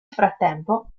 frattempo